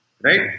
right